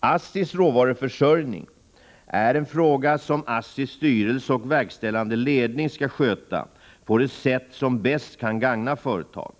ASSI:s råvaruförsörjning är en fråga som ASSTI:s styrelse och verkställande ledning skall sköta på det sätt som bäst kan gagna företaget.